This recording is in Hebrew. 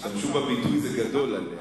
תשתמשו בביטוי "זה גדול עליה".